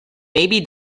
baby